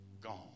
gone